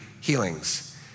healings